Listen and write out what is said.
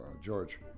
George